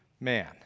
man